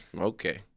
Okay